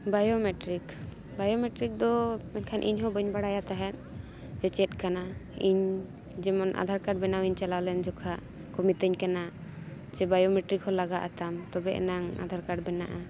biometric biometric ᱫᱚ ᱢᱮᱱᱠᱷᱟᱱ ᱤᱧᱦᱚᱸ ᱵᱟᱹᱧ ᱵᱟᱲᱟᱭᱟ ᱛᱟᱦᱮᱸᱫ ᱡᱮ ᱪᱮᱫ ᱠᱟᱱᱟ ᱤᱧ ᱡᱮᱢᱚᱱ ᱟᱫᱷᱟᱨ ᱠᱟᱨᱰ ᱵᱮᱱᱟᱣ ᱤᱧ ᱪᱟᱞᱟᱣ ᱞᱮᱱ ᱡᱚᱠᱷᱟᱜ ᱠᱚ ᱢᱤᱛᱟᱹᱧ ᱠᱟᱱᱟ ᱥᱮ ᱵᱟᱭᱳᱢᱮᱴᱨᱤᱠ ᱦᱚᱸ ᱞᱟᱜᱟᱜᱼᱟ ᱛᱟᱢ ᱛᱚᱵᱮ ᱮᱱᱟᱝ ᱟᱫᱷᱟᱨ ᱠᱟᱨᱰ ᱵᱮᱱᱟᱜᱼᱟ